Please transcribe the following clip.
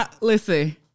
Listen